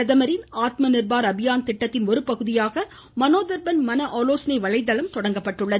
பிரதமரின் ஆத்ம நிர்பார் அபியான் திட்டத்தின் ஒரு பகுதியாக மனோதர்பன் மனஆலோசனை வலைதளம் தொடங்கப்பட்டுள்ளது